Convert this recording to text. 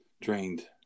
drained